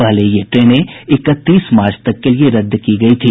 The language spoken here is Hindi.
पहले ये ट्रेनं इकतीस मार्च तक के लिये रद्द की गयी थी